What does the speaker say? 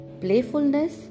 playfulness